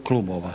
klubova